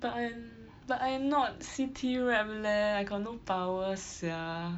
but I am but I am not C_T_U rep leh I got no power sia